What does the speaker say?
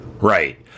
Right